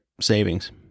savings